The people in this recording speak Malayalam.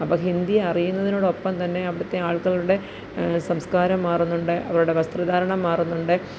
അപ്പോള് ഹിന്ദി അറിയുന്നതിനോടൊപ്പം തന്നെ അവിടുത്തെ ആള്ക്കാരുടെ സംസ്കാരം മാറുന്നുണ്ട് അവരുടെ വസ്ത്രധാരണം മാറുന്നുണ്ട്